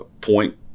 point